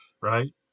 right